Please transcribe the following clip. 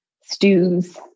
stews